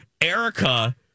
Erica